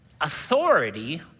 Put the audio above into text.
authority